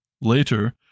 Later